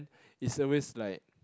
it's always like